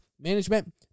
management